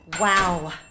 Wow